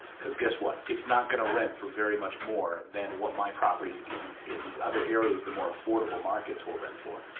because guess what, it's not going to read for very much more than what my properties in in these other areas, the more affordable markets will rent for.